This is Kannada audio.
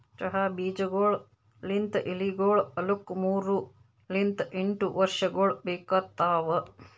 ಚಹಾ ಬೀಜಗೊಳ್ ಲಿಂತ್ ಎಲಿಗೊಳ್ ಆಲುಕ್ ಮೂರು ಲಿಂತ್ ಎಂಟು ವರ್ಷಗೊಳ್ ಬೇಕಾತವ್